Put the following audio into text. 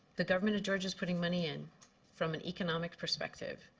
the government of georgia is putting money in from an economic perspective,